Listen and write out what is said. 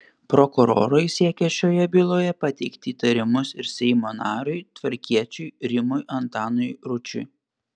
prokurorai siekia šioje byloje pateikti įtarimus ir seimo nariui tvarkiečiui rimui antanui ručiui